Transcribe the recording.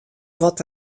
wat